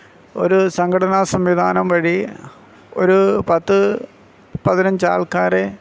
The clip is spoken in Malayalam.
ഒരു സംഘടനാ സംവിധാനം വഴി ഒരു പത്ത് പതിനഞ്ച് ആൾക്കാരെ